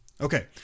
Okay